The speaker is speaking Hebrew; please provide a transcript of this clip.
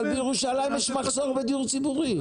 אבל בירושלים יש מחסור בדיור ציבורי.